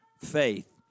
faith